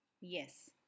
Yes